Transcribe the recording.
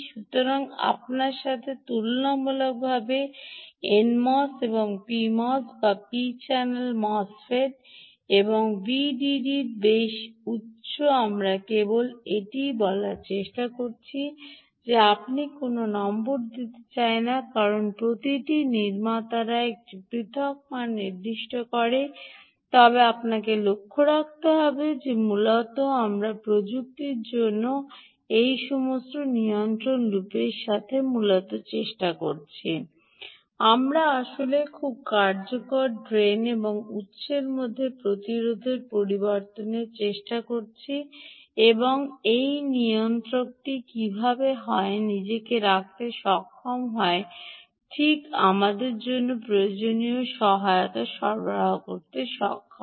সুতরাং আপনার সাথে তুলনামূলকভাবে এন মোস পিএমওএস বা পি চ্যানেল মোসফেট আর ডি ডি বেশ উচ্চ আমরা কেবল এটিই বলার চেষ্টা করছি যে আমি কোনও নম্বর দিতে চাই না কারণ প্রতিটি নির্মাতারা একটি পৃথক মান নির্দিষ্ট করে তবে আপনাকে লক্ষ্য রাখতে হবে যে মূলত আমরা প্রযুক্তির জন্য এই সমস্ত নিয়ন্ত্রণ লুপের সাথে মূলত চেষ্টা করছি আমরা আসলে খুব কার্যকরভাবে ড্রেন এবং উত্সের মধ্যে প্রতিরোধের পরিবর্তনের চেষ্টা করছি এবং এটি নিয়ন্ত্রকটি কীভাবে হয় নিজেকে রাখতে সক্ষম ঠিক আমাদের জন্য প্রয়োজনীয় সহায়তা সরবরাহ করতে সক্ষম